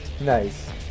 Nice